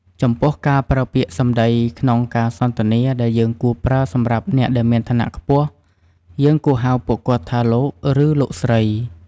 ចំពោះការប្រើពាក្យសម្តីក្នុងការសន្ទនាដែលយើងគួរប្រើសម្រាប់អ្នកមានឋានៈខ្ពស់ យើងគួរហៅពួកគាត់ថា លោក ឬលោកស្រី។